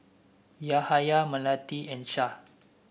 Yahaya Melati and Shah